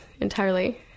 entirely